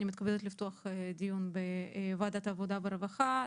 אני מתכבדת לפתוח דיון בוועדת העבודה והרווחה.